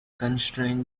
constrain